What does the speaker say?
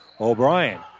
O'Brien